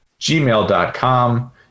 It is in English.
gmail.com